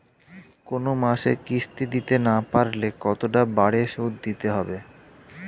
কোন মাসে কিস্তি না দিতে পারলে কতটা বাড়ে সুদ দিতে হবে?